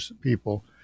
people